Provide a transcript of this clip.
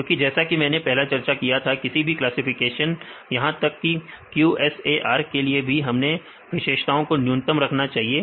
क्योंकि जैसा कि मैंने पहला चर्चा की किसी भी क्लासफिकेशन यहां तक कि QSAR के लिए भी हमें विशेषताओं को न्यूनतम रखना चाहिए